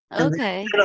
okay